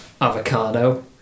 Avocado